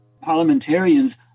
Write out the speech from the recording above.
parliamentarians